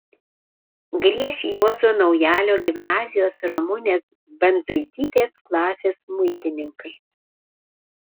grieš juozo naujalio gimnazijos ramunės bandzaitytės klasės smuikininkai